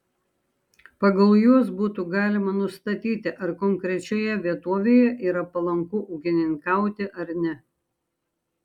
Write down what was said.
pagal juos būtų galima nustatyti ar konkrečioje vietovėje yra palanku ūkininkauti ar ne